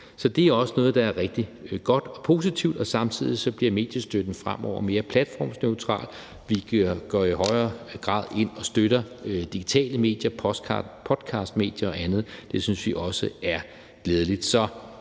Så det er også noget, der er rigtig godt og positivt, og samtidig bliver mediestøtten fremover mere platformsneutral, og vi går i højere grad ind og støtter digitale medier, podcastmedier og andet. Det synes vi også er glædeligt.